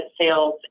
sales